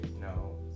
No